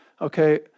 okay